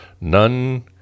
None